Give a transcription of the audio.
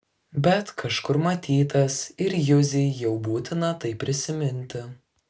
bet kažkur matytas ir juzei jau būtina tai prisiminti